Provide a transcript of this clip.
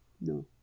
No